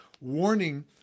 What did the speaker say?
warning